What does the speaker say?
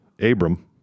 Abram